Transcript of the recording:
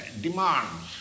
demands